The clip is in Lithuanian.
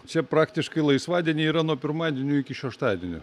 čia praktiškai laisvadieniai yra nuo pirmadienio iki šeštadienio